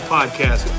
Podcast